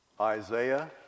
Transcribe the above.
Isaiah